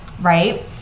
Right